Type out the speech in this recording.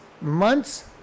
months